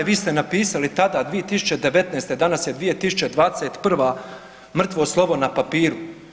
Vi ste napisali tada 2019., danas je 2021., mrtvo slovo na papiru.